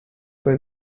bei